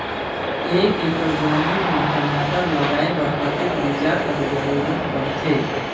एक एकड़ जमीन म टमाटर लगाय बर कतेक बीजा कर जरूरत पड़थे?